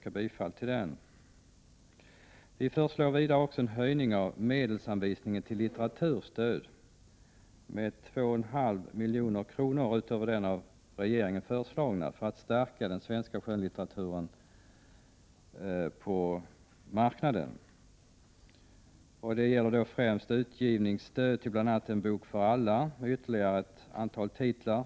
Vidare föreslår vi en medelsanvisning med 2,5 milj.kr. utöver den av regeringen föreslagna, detta i syfte att stärka den svenska skönlitteraturen på marknaden. Det gäller främst utgivningsstöd till bl.a. En bok för alla samt ytterligare 15 titlar.